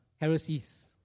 heresies